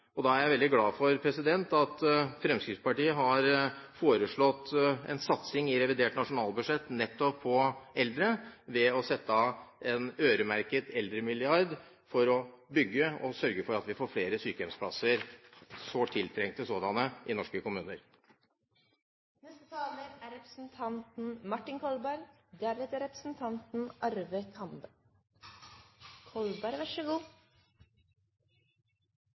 Og da er jeg veldig glad for at Fremskrittspartiet i revidert nasjonalbudsjett har foreslått en satsing nettopp på eldre, ved å sette av en øremerket eldremilliard for å sørge for at vi får flere sykehjemsplasser, sårt tiltrengte sådanne, i norske kommuner. I replikkordskiftet mellom representanten Solberg og meg sa hun veldig tydelig at hun var helt uenig i representanten